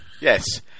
Yes